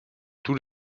tous